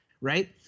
right